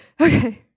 Okay